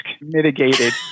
mitigated